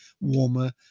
warmer